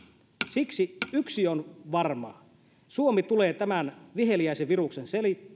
siksi yksi on varma suomi tulee tämän viheliäisen viruksen